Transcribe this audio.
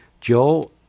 Joel